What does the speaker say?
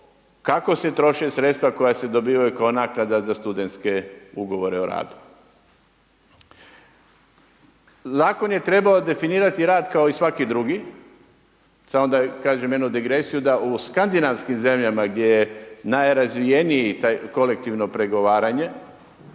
kako se troše sredstva koja se dobivaju kao naknada za studentske ugovore o radu. Zakon je trebao definirati rad kao i svaki drugi, samo da kažem jednu digresiju da u skandinavskim zemljama gdje je najrazvijenije to kolektivno pregovaranje,